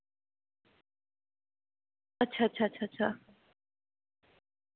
अच्छा अच्छा अच्छा अच्छा